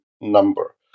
number